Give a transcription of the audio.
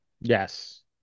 Yes